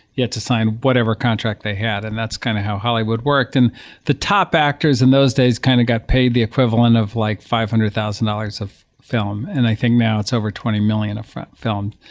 you had to sign whatever contract they had and that's kind of how hollywood worked. and the top actors in those days kind of got paid the equivalent of like five hundred thousand dollars of film. and i think now it's over twenty million upfront film.